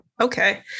okay